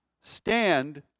stand